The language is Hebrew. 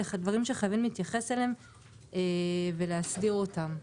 אלו דברים שחייבים להתייחס אליהם ולהסביר אותם.